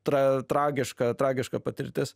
tra tragiška tragiška patirtis